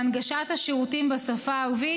והנגשת השירותים בשפה הערבית,